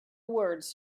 words